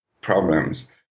problems